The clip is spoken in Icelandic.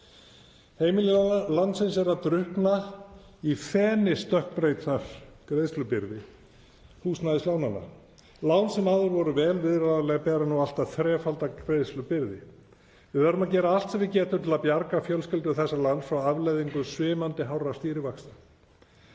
Heimili landsins eru að drukkna í feni stökkbreyttrar greiðslubyrði húsnæðislánanna. Lán sem áður voru vel viðráðanleg bera nú allt að þrefalda greiðslubyrði. Við verðum að gera allt sem við getum til að bjarga fjölskyldum þessa lands frá afleiðingum svimandi hárra stýrivaxta.